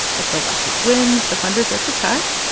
if the lawsuit wins, the funder gets a cut.